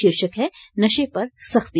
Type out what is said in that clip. शीर्षक है नशे पर सख्ती